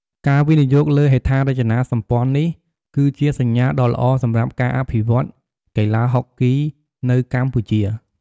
ការវិនិយោគលើហេដ្ឋារចនាសម្ព័ន្ធនេះ គឺជាសញ្ញាដ៏ល្អសម្រាប់ការអភិវឌ្ឍកីឡាហុកគីនៅកម្ពុជា។